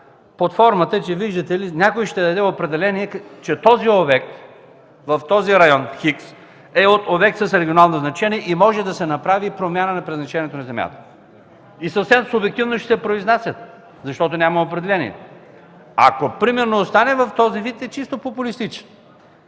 Под формата, че виждате ли, някой ще даде определение, че обект в район Хикс, е обект с регионално значение и може да се направи промяна на предназначението на земята, и съвсем субективно ще се произнасят, защото няма определение. Ако остане в този вид е чисто популистическо.